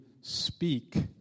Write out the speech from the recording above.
speak